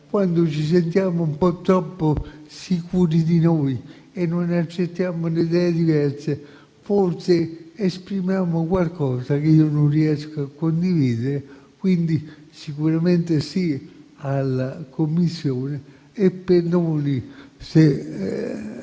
quando ci sentiamo un po' troppo sicuri di noi e non accettiamo le idee diverse, forse esprimiamo qualcosa che non riesco a condividere. Dico quindi sicuramente sì alla Commissione e mi perdoni se